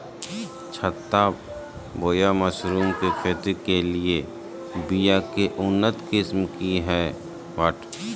छत्ता बोया मशरूम के खेती के लिए बिया के उन्नत किस्म की हैं?